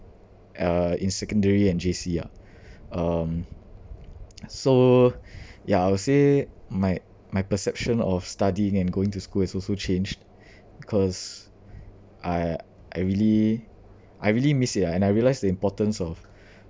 uh in secondary and J_C yeah um so yeah I would say my my perception of studying and going to school has also changed because I I really I really miss it ah and I realised the importance of